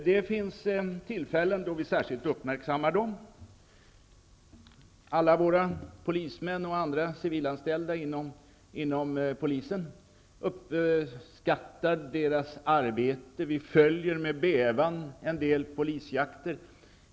Det finns tillfällen då vi särskilt uppmärksammar dem, alla våra polismän och andra civilanställda inom polisen. Vi uppskattar deras arbete, och vi följer med bävan en del polisjakter.